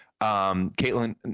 Caitlin